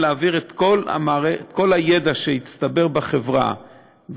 להעביר את כל הידע שהצטבר בחברה,